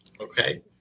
Okay